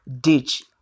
ditch